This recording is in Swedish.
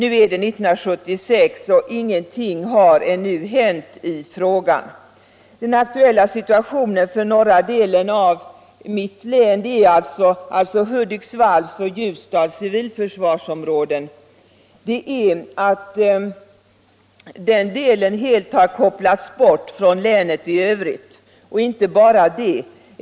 Nu är det 1976, och ingenting har hänt ännu! Den aktuella situationen för norra delen av mitt län, alltså Hudiksvalls och Ljusdals civilförsvarsområden, är att den delen har helt kopplats bort från länet i övrigt. Och inte bara det.